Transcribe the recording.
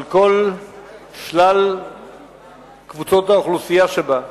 על כל שלל קבוצות האוכלוסייה שבה,